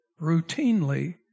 routinely